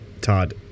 Todd